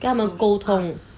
跟他们沟通